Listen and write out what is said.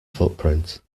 footprint